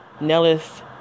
Nellis